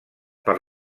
per